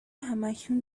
هماکنون